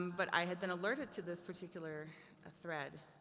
but i had been alerted to this particular ah thread